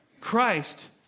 Christ